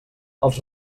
els